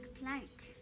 plank